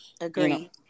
agree